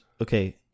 okay